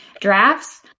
drafts